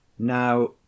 Now